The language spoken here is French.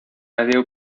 aller